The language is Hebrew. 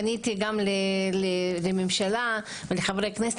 פניתי גם לממשלה ולחברי הכנסת,